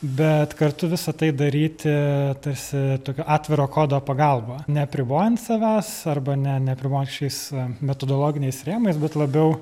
bet kartu visa tai daryti tarsi tokio atviro kodo pagalba neapribojant savęs arba ne ne apribojant kažkokiais metodologiniais rėmais bet labiau